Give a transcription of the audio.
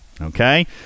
Okay